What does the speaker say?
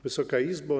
Wysoka Izbo!